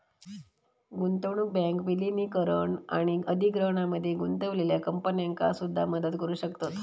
गुंतवणूक बँक विलीनीकरण आणि अधिग्रहणामध्ये गुंतलेल्या कंपन्यांका सुद्धा मदत करू शकतत